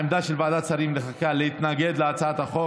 העמדה של ועדת השרים לחקיקה להתנגד להצעת החוק